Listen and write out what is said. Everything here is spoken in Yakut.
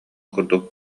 курдук